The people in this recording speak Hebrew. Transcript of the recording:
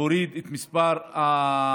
להוריד את כמות השתייה,